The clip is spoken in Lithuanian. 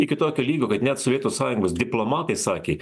iki tokio lygio kad net sovietų sąjungos diplomatai sakė